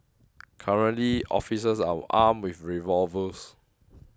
currently officers are armed with revolvers